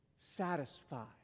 satisfied